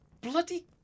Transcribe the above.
bloody